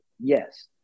Yes